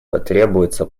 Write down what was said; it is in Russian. потребуется